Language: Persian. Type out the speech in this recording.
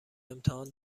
امتحان